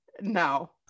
No